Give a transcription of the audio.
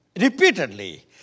Repeatedly